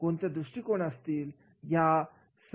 कोणते दृष्टीकोन असतील